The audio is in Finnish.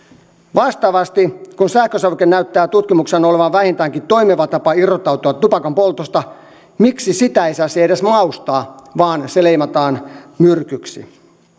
vastaavasti kun sähkösavuke näyttää tutkimuksissa olevan vähintäänkin toimiva tapa irrottautua tupakanpoltosta miksi sitä ei saisi edes maustaa vaan se leimataan myrkyksi